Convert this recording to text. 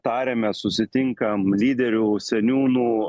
tariamės susitinkam lyderių seniūnų